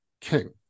king